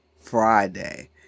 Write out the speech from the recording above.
Friday